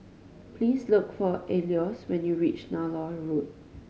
please look for Alois when you reach Nallur Road